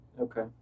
Okay